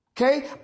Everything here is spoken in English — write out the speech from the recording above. Okay